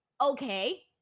okay